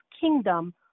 kingdom